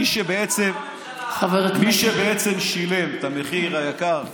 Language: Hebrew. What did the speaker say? מי שבעצם שילם את המחיר היקר,